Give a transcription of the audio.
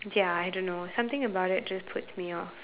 ya I don't know something about it just puts me off